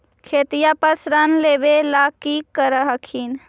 खेतिया पर ऋण लेबे ला की कर हखिन?